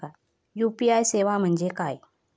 UPI सेवा म्हणजे काय?